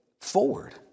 forward